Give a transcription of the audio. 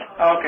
Okay